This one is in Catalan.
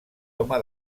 home